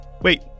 Wait